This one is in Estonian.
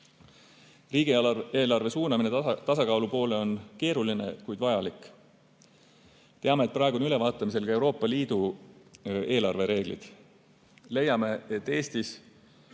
tegemiseks. Riigieelarve suunamine tasakaalu poole on keeruline, kuid vajalik. Teame, et praegu on ülevaatamisel ka Euroopa Liidu eelarvereeglid. Leiame, et Eestis